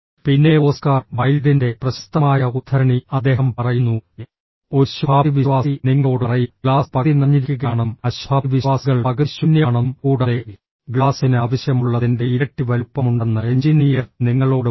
പിന്നെ ഓസ്കാർ വൈൽഡിൻറെ പ്രശസ്തമായ ഉദ്ധരണി അദ്ദേഹം പറയുന്നു ഒരു ശുഭാപ്തിവിശ്വാസി നിങ്ങളോട് പറയും ഗ്ലാസ് പകുതി നിറഞ്ഞിരിക്കുകയാണെന്നും അശുഭാപ്തിവിശ്വാസികൾ പകുതി ശൂന്യമാണെന്നും കൂടാതെ ഗ്ലാസിന് ആവശ്യമുള്ളതിൻ്റെ ഇരട്ടി വലുപ്പമുണ്ടെന്ന് എഞ്ചിനീയർ നിങ്ങളോട് പറയും